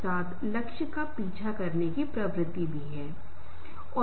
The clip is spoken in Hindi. इन तथ्यों को स्वीकार करने के लिए तैयार रहना चाहिए